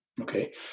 Okay